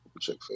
check